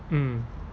mm